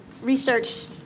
research